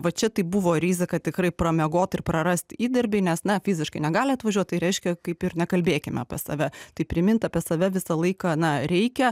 va čia tai buvo rizika tikrai pramiegot ir prarast įdirbį nes na fiziškai negali atvažiuot tai reiškia kaip ir nekalbėkime pas save tai primint apie save visą laiką na reikia